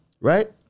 Right